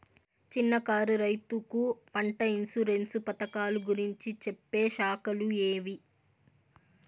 చిన్న కారు రైతుకు పంట ఇన్సూరెన్సు పథకాలు గురించి చెప్పే శాఖలు ఏవి?